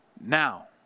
now